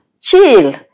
chill